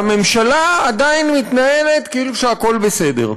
והממשלה עדיין מתנהלת כאילו הכול בסדר.